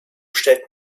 stellt